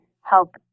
help